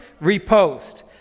repost